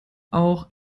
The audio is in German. auch